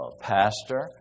pastor